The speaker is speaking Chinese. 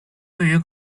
对于